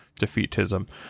Defeatism